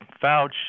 vouch